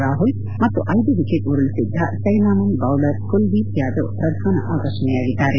ರಾಪುಲ್ ಮತ್ತು ಐದು ಎಕಿಟ್ ಉರುಳಿಸಿದ್ದ ಚೈನಾಮನ್ ಬೌಲರ್ ಕುಲ್ಲೀಪ್ ಯಾದವ್ ಪ್ರಧಾನ ಆಕರ್ಷಣೆಯಾಗಿದ್ದಾರೆ